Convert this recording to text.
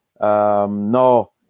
no